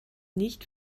nicht